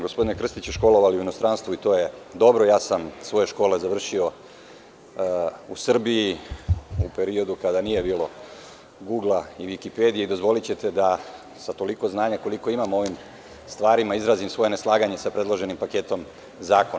Gospodine Krstiću, vi ste se školovali u inostranstvu i to je dobro, ja sam svoje škole završio u Srbiji, u periodu kada nije bilo „Gugla“ i „Vikipedije“, dozvolićete da, sa toliko znanja koliko imam ovim stvarima, izrazim svoje neslaganje sa predloženim paketom zakona.